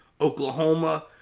Oklahoma